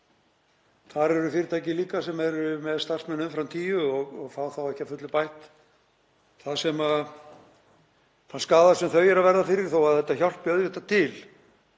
Þar eru fyrirtæki líka sem eru með starfsmenn umfram tíu og fá þá ekki að fullu bættan þann skaða sem þau verða fyrir þó að þetta hjálpi auðvitað til